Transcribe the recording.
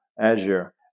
Azure